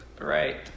Right